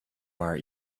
our